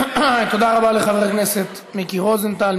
תודה רבה לחבר כנסת מיקי רוזנטל.